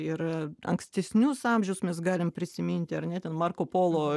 ir ankstesnius amžius mes galim prisiminti ar ne ten marko polo